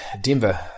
Denver